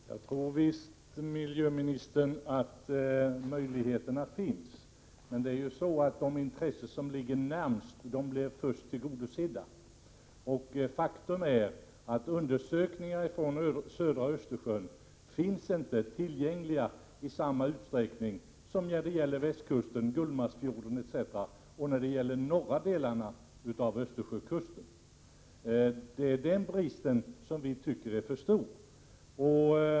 Herr talman! Jag tror visst, miljöministern, att möjligheterna finns, men det är de intressen som ligger närmast som blir tillgodosedda först. Faktum är att undersökningar från södra Östersjön inte finns tillgängliga i samma utsträckning som från västkusten, Gullmarsfjorden och de norra delarna av Östersjökusten. Det är den bristen som är för stor.